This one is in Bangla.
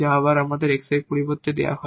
যা আবার আমাদের X এর পরিবর্তে দেওয়া হয়